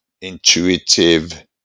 intuitive